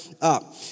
up